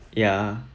yeah